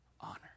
honor